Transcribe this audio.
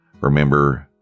remember